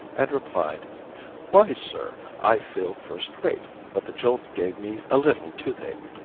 and replied why, sir, i feel first rate, but the jolt gave me a little toothache.